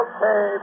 Okay